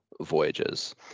voyages